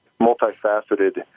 multifaceted